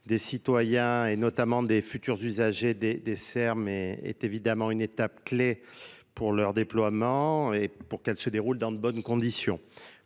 des citoyens et notamment des futurs usagers des desserts mais est évidemment une étape clé leur déploiement et pour qu'elles se déroulent dans de bonnes conditions